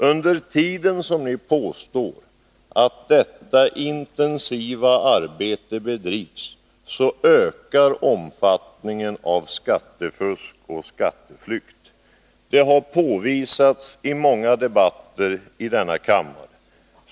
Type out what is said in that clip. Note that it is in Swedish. Under tiden som ni påstår att detta intensiva arbete bedrivs ökar omfattningen av skattefusk och skatteflykt. Detta har påvisats i många debatter i denna kammare.